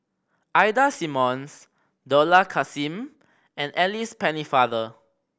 Ida Simmons Dollah Kassim and Alice Pennefather